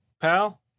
pal